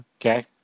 Okay